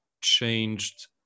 changed